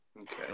okay